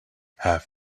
have